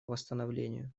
восстановлению